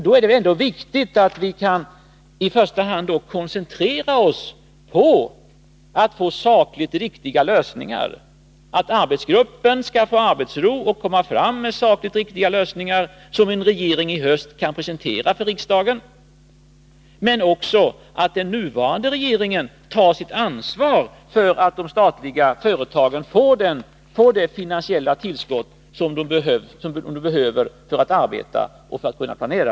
Då är det viktigt att vi i första hand kan koncentrera oss på att få sakligt riktiga lösningar, på att arbetsgruppen får arbetsro och möjlighet att komma med sakligt riktiga lösningar som en regering i höst kan presentera för riksdagen, men också att den nuvarande regeringen tar sitt ansvar för att de statliga företagen får det finansiella tillskott som de behöver för att kunna arbeta och för att kunna planera.